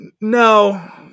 no